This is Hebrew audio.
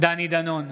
דני דנון,